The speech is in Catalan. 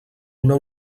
una